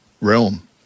realm